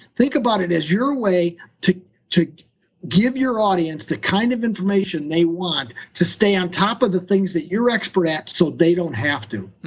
think about it as your way to to give your audience the kind of information they want to stay on top of the things that your expert at, so they don't have to.